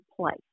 place